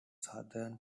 southern